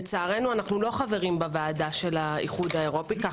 לצערנו אנחנו לא חברים בוועדת האיחוד האירופית כך